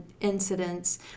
incidents